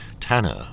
Tanner